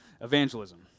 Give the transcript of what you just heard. evangelism